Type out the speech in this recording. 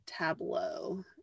tableau